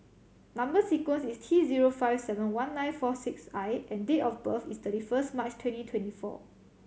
number sequence is T zero five seven one nine four six I and date of birth is thirty first March twenty twenty four